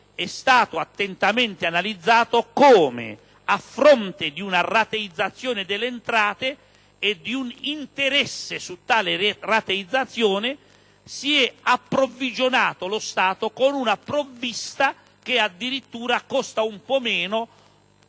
è stato attentamente analizzato come, a fronte di una rateizzazione delle entrate e di un interesse su tale rateizzazione, si è approvvigionato lo Stato con una provvista che, addirittura, costa un po' meno